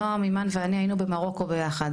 שנועם אימאן ואני היינו במרוקו ביחד,